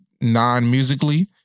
non-musically